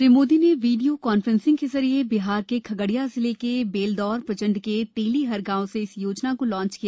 श्री मोदी ने video conferencing के जरिये बिहार के खगड़िया जिले के बेलदौर प्रखंड के तेली हर गांव से इस योजना को लांच किया